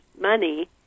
money